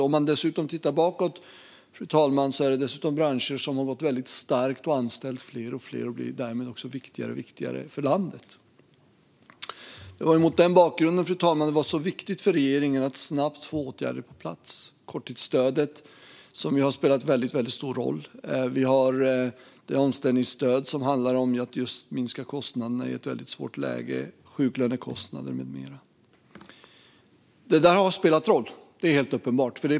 Om man dessutom tittar bakåt, fru talman, ser man att det är branscher som har gått väldigt starkt framåt och anställt fler och fler och därmed också har blivit allt viktigare för landet. Fru talman! Det var mot den bakgrunden som det var viktigt för regeringen att snabbt få åtgärder på plats. Korttidsstödet har spelat väldigt stor roll. Vi har det omställningsstöd som handlar om att minska kostnaderna i ett väldigt svårt läge och åtgärder rörande sjuklönekostnader med mera. Det där har spelat roll. Det är helt uppenbart.